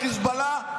לחיזבאללה,